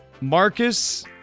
Marcus